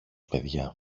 παιδιά